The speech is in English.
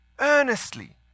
earnestly